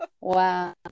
Wow